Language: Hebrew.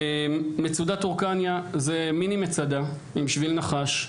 מצודת הורקניה זה מיני מצדה עם שביל נחש,